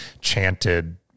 chanted